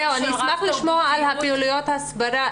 אני אשמח לשמוע על פעולות ההסברה,